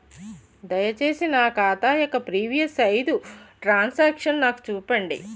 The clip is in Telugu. దయచేసి నా ఖాతా యొక్క ప్రీవియస్ ఐదు ట్రాన్ సాంక్షన్ నాకు చూపండి